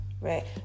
right